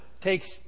takes